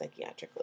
psychiatrically